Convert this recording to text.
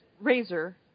Razor